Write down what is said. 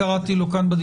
פגם